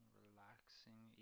relaxing